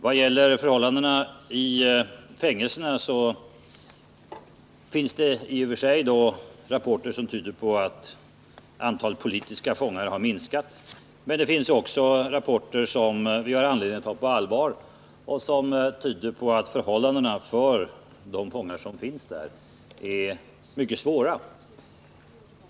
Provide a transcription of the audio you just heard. Vad gäller förhållandena i fängelserna finns det i och för sig rapporter som tyder på att antalet politiska fångar har minskat, men det finns också rapporter som vi har anledning att ta på allvar och som tyder på att förhållandena för de fångar som fortfarande finns där är mycket svåra.